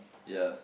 ya